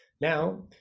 Now